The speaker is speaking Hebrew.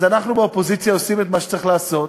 אז אנחנו באופוזיציה עושים את מה שצריך לעשות,